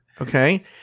okay